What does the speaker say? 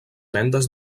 vendes